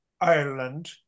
Ireland